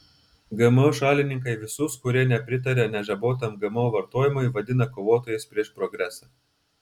gmo šalininkai visus kurie nepritaria nežabotam gmo vartojimui vadina kovotojais prieš progresą